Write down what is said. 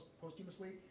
posthumously